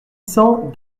cent